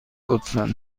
لطفا